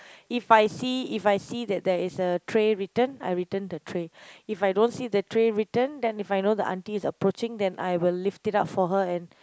if I see if I see that there is a tray return I return the tray if I don't see the tray return then if I know the auntie is approaching then I will lift it up for her and